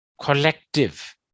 collective